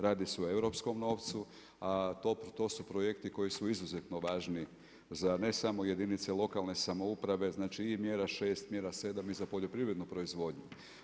Radi se o europskom novcu, a to su projekti koji su izuzetno važni za ne samo jedinica lokalne samouprave znači i mjera 6 i mjera 7 i za poljoprivrednu proizvodnju.